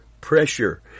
pressure